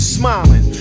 smiling